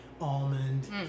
almond